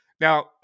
Now